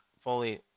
fully